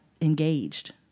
engaged